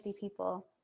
people